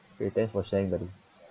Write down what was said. okay thanks for sharing that